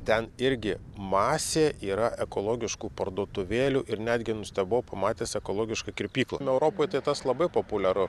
ten irgi masė yra ekologiškų parduotuvėlių ir netgi nustebau pamatęs ekologišką kirpyklą europoj tai tas labai populiaru